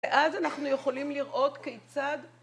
‫ואז אנחנו יכולים לראות כיצד...